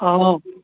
हँ